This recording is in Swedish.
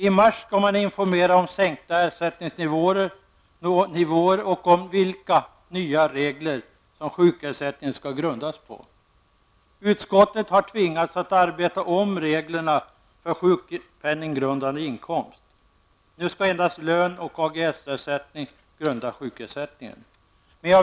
I mars skall man informera om sänkta ersättningsnivåer och om vilka nya regler som sjukersättningen skall grundas på. Utskottet har tvingats att arbeta om reglerna för sjukpenninggrundande inkomst. Nu skall endast lön och AGS-ersättning grunda sjukersättningen.